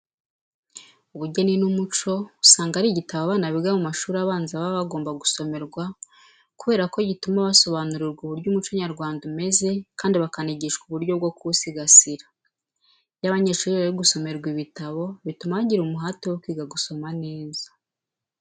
Ubugeni n'umuco usanga ari igitabo abana biga mu mashuri abanza baba bagomba gusomerwa kubera ko gituma basobanurirwa uburyo umuco nyarwanda umeze kandi bakanigishwa uburyo bwo kuwusigasira. Iyo abanyeshuri bari gusomerwa ibitabo bituma bagira umuhate wo kwiga gusoma neza.